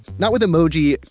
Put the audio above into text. not with emoji,